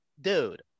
dude